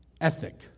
ethic